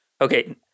Okay